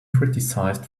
criticized